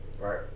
Right